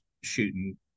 shooting